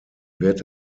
wird